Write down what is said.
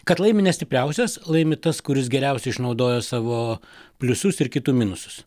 kad laimi ne stipriausias laimi tas kuris geriausiai išnaudoja savo pliusus ir kitų minusus